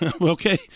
Okay